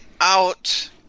out